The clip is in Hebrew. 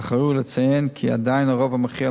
אך ראוי לציין כי עדיין הרוב המכריע,